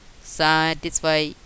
satisfy